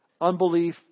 Unbelief